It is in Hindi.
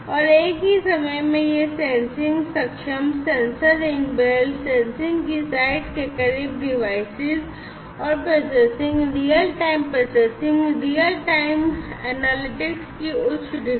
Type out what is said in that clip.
और एक ही समय में ये सेंसिंग सक्षम सेंसर इनेबल्ड सेंसिंग की साइट के करीब डिवाइसेस और processing real time processing real time analytics की उच्च डिग्री